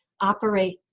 operate